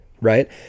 Right